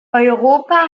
europa